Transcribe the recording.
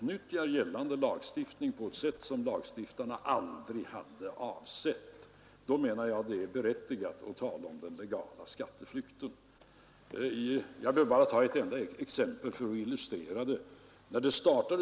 När gällande lagstiftning utnyttjas på ett sätt som lagstiftarna aldrig avsett, menar jag att det är berättigat att tala om legal skatteflykt. Jag behöver bara anföra ett enda exempel för att illustrera vad jag menar.